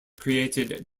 created